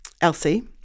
Elsie